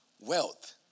wealth